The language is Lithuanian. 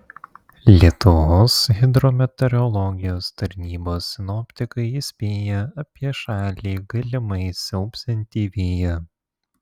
lietuvos hidrometeorologijos tarnybos sinoptikai įspėja apie šalį galimai siaubsiantį vėją